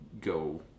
go